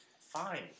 Fine